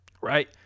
Right